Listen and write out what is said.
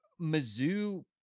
Mizzou